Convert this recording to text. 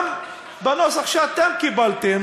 חוק ההדחה מאפשר, גם בנוסח שאתם קיבלתם,